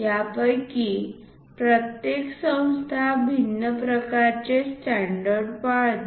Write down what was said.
यापैकी प्रत्येक संस्था भिन्न प्रकारचे स्टॅण्डर्ड पाळते